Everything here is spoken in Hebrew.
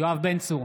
יואב בן צור,